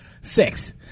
Six